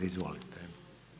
Izvolite.